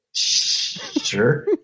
Sure